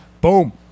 Boom